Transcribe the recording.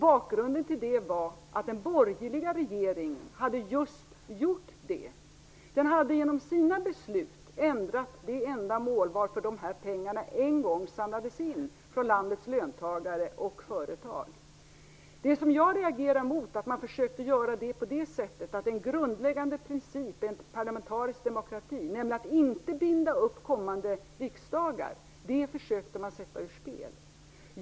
Bakgrunden till det var att den borgerliga regeringen hade gjort just det - den hade genom sina beslut ändrat det ändamål vartill de här pengarna en gång samlades in från landets löntagare och företag. Jag reagerade mot det sätt som man försökte göra det på. En grundläggande princip i en parlamentarisk demokrati är att inte binda upp kommande riksdagar, och den försökte man sätta ur spel.